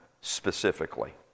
specifically